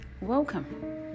welcome